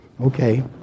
okay